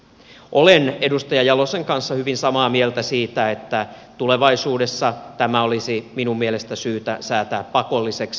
olen edustaja jalosen kanssa hyvin samaa mieltä siitä että tulevaisuudessa tämä olisi minun mielestäni syytä säätää pakolliseksi